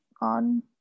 on